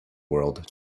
world